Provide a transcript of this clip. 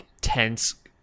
tense